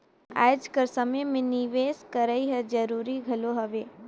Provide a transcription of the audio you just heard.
आएज कर समे में निवेस करई हर जरूरी घलो हवे